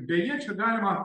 beje čia galima